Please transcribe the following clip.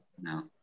no